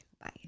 Bye